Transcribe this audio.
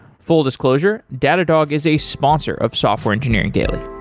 full disclosure datadog is a sponsor of software engineering daily